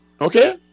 Okay